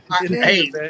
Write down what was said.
hey